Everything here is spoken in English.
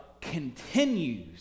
continues